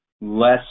less